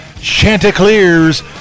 chanticleers